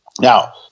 Now